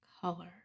color